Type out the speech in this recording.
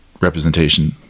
representation